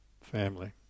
family